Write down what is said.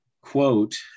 quote